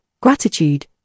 gratitude